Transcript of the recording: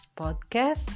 podcast